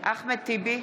אחמד טיבי,